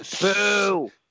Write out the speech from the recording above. Boo